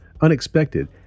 unexpected